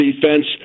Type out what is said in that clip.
defense